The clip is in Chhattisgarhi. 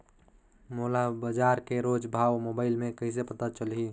मोला बजार के रोज भाव मोबाइल मे कइसे पता चलही?